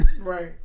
Right